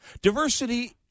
Diversity